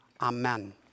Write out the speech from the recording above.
amen